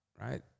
right